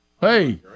Hey